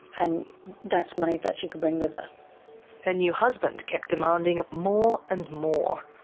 and that's money that she could bring with her. her new husband kept demanding more and more.